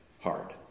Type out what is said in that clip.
hard